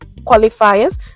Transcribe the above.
qualifiers